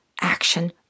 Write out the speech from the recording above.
action